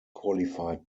qualified